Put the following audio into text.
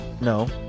No